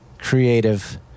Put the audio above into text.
creative